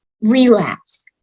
relapse